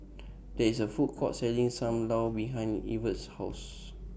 There IS A Food Court Selling SAM Lau behind Evert's House